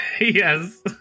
Yes